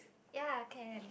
ya can